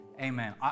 Amen